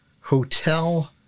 hotel